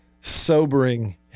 sobering